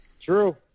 True